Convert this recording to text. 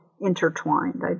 intertwined